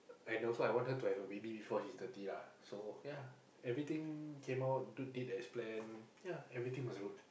and also I want her to have a baby before she's thirty lah so ya everything came out did as planned ya everything was good